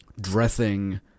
dressing